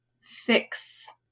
fix